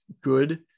good